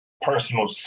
personal